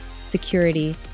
security